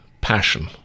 passion